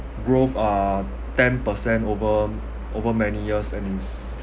growth are ten percent over over many years and is